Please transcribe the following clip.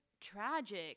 tragic